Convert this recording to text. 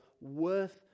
worth